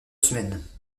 semaines